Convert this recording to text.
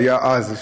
שהיה אז,